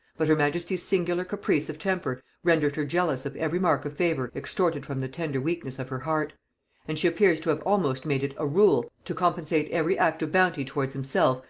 but her majesty's singular caprice of temper rendered her jealous of every mark of favor extorted from the tender weakness of her heart and she appears to have almost made it a rule to compensate every act of bounty towards himself,